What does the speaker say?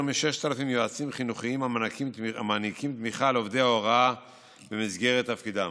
מ-6,000 המעניקים תמיכה לעובדי ההוראה במסגרת תפקידם.